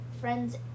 friends